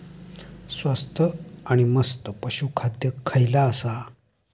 स्वस्त आणि मस्त पशू खाद्य खयला आसा?